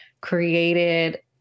created